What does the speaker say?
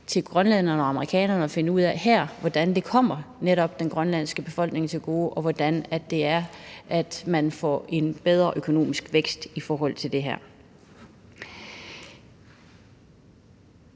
til grønlænderne og amerikanerne at finde ud af, hvordan det netop kommer den grønlandske befolkning til gode, og hvordan man får en bedre økonomisk vækst i forhold til det her.